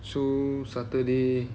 so saturday